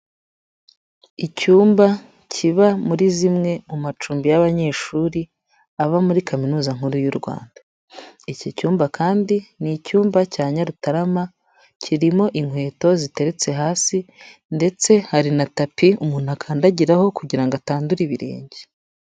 Icyumba kiba muri zimwe mu macumbi y'abanyeshuri aba muri Kaminuza nkuru y'u Rwanda, iki cyumba kandi ni icyumba cya Nyarutarama kirimo inkweto ziteretse hasi ndetse hari na tapi umuntu akandagiraho kugira ngo atandure ibirenge.